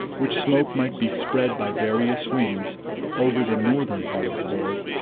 which smoke might be spread by various winds over the northern part of the world,